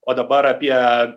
o dabar apie